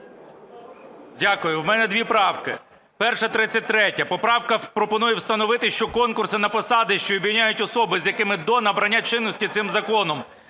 Дякую. В мене дві правки. Перша – 33-я. Поправка пропонує встановити, що конкурси на посади, що обіймають особи, з якими до набрання чинності цим законом